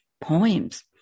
poems